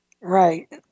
Right